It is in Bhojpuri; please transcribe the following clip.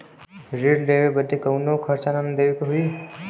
ऋण लेवे बदे कउनो खर्चा ना न देवे के होई?